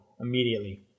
immediately